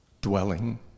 dwelling